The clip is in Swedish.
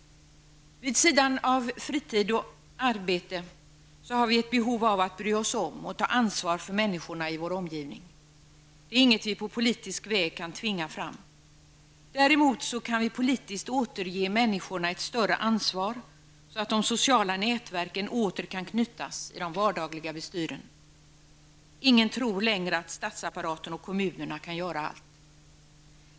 Vid sidan av fritid och arbete har vi ett behov av att bry oss om och ta ansvar för människorna i vår omgivning. Det är inget som vi på politisk väg kan tvinga fram. Däremot kan vi politiskt återge människorna ett större ansvar, så att de sociala nätverken åter kan knytas i de vardagliga bestyren. Ingen tror längre att statsapparaten och kommunerna kan göra allt.